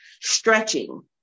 stretching